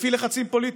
לפי לחצים פוליטיים,